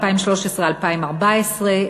2013 2014,